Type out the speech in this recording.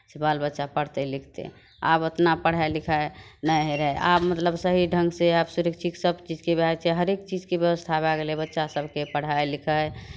से बाल बच्चा पढ़तै लिखतै आब ओतना पढ़ाइ लिखाइ नहि होइ रहै आब मतलब सही ढङ्गसँ आब सुरक्षित सभचीजके भए जाइ छै हरेक चीजके व्यवस्था भए गेलै बच्चा सभके पढ़ाइ लिखाइ